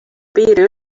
piiri